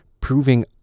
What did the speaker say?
proving